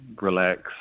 relax